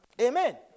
Amen